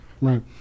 right